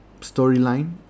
storyline